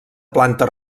planta